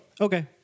Okay